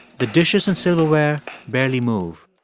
the dishes and silverware barely move.